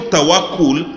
Tawakul